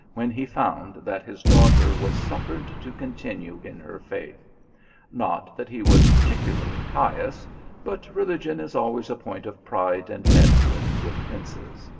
when he found that his daughter was suffered to continue in her faith not that he was particularly pious but religion is always a point of pride and etiquette with princes.